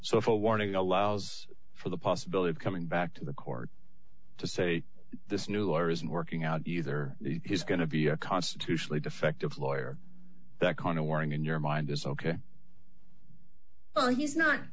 so if a warning allows for the possibility of coming back to the court to say this new owner isn't working out either he's going to be a constitutionally defective lawyer that kind of warning in your mind is ok he's not